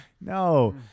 No